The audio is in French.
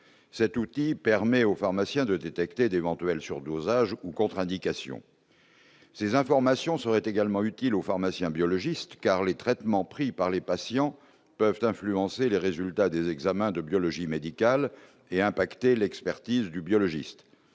cet outil permet aux pharmaciens de détecter d'éventuels surdosage ou contre-indications ces informations seraient également utile au pharmacien biologiste, car les traitements pris par les patients peuvent influencer les résultats des examens de biologie médicale et impacté l'expertise du biologiste